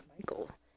Michael